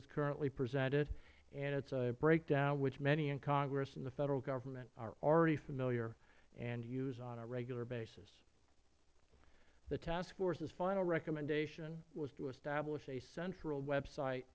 is currently presented and it is a breakdown which many in congress and the federal government are already familiar and use on a regular basis the task forces final recommendation was to establish a central website